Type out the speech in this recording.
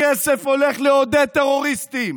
הכסף הולך לעודד טרוריסטים,